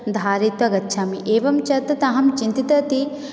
धारयित्वा गच्छामि एवञ्च तत् अहं चिन्तितवती